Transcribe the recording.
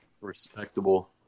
Respectable